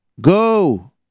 go